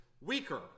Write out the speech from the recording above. weaker